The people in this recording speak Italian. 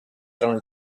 erano